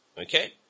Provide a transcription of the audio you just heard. Okay